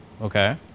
Okay